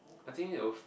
I think it of